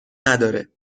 نداره